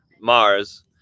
mars